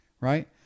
Right